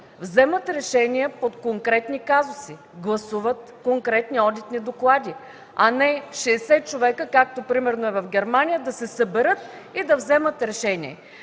вземат решение по конкретни казуси, гласуват конкретни одитни доклади, а не 60 човека, както примерно в Германия, да се съберат и да вземат решение.